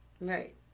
Right